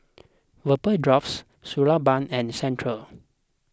Vapodrops Suu Balm and Centrum